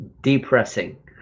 depressing